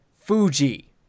Fuji